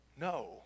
No